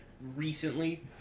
recently